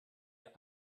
ihr